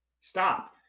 Stop